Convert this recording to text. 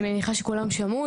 אני מניחה שכולם שמעו,